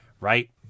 right